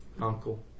uncle